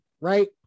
right